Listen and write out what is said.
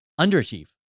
underachieve